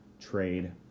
trade